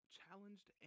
challenged